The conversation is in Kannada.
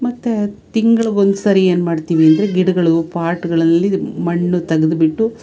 ಮತ್ತೆ ತಿಂಗ್ಳಿಗೊಂದ್ಸರಿ ಏನ್ಮಾಡ್ತಿವಿಂದ್ರೆ ಗಿಡಗಳು ಪಾಟ್ಗಳಲ್ಲಿ ಮಣ್ಣು ತೆಗೆದ್ಬಿಟ್ಟು